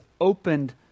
opened